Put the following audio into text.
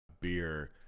beer